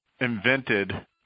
invented